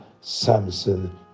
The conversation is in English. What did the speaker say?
Samson